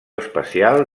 especial